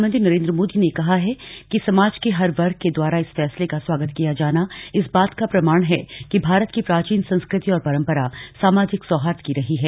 प्रधानमंत्री नरेन्द्र मोदी ने कहा है कि समाज के हर वर्ग के द्वारा इस फैसले का स्वागत किया जाना इस बात का प्रमाण है कि भारत की प्राचीन संस्कृति और परंपरा सामाजिक सौहार्द की रही है